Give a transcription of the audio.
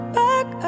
back